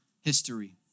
history